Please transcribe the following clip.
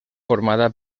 formada